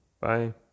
bye